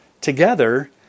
together